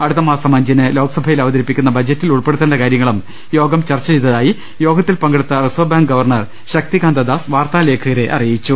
അടുത്തമാസം അഞ്ചിന് ലോക്സഭയിൽ അവതരിപ്പിക്കുന്ന ബജറ്റിൽ ഉൾപ്പെടുത്തേണ്ട കാര്യങ്ങളും യോഗം ചർച്ച ചെയ്തതായി യോഗത്തിൽ പങ്കെടുത്ത reserve bank governor Shaktikanta Das വാർത്താ ലേഖകരെ അറിയിച്ചു